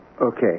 Okay